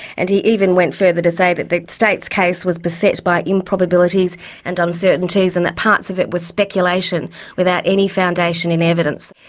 and he even went further to say that the state's case was beset by improbabilities and uncertainties and that parts of it was speculation without any foundation in evidence.